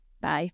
bye